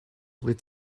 with